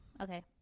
Okay